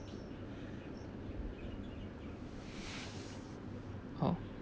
oh